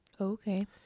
Okay